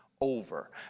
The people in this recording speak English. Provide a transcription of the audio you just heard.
over